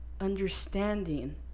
understanding